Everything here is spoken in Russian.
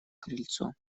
крыльцо